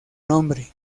nombre